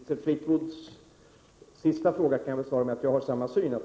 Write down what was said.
Herr talman! Elisabeth Fleetwoods fråga kan jag besvara med att säga att jag har samma syn.